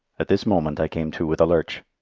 at this moment i came to with a lurch.